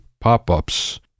pop-ups